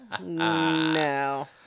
No